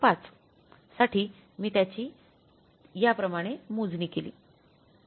५ साठी मी त्याची त्याप्रमाणे मोजणी केली